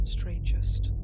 Strangest